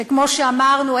שכמו שאמרנו,